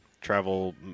travel